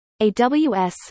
AWS